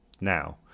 now